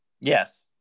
Yes